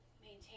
Maintain